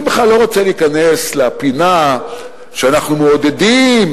אני בכלל לא רוצה להיכנס לפינה שאנחנו מעודדים